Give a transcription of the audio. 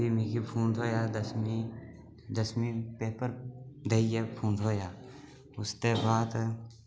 फ्ही मिगी फ़ोन थ्होएया दसमीं दसमीं पेपर देइयै फोन थ्होएया ओह्दे बाद